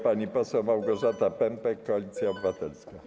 Pani poseł Małgorzata Pępek, Koalicja Obywatelska.